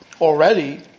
already